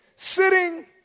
Sitting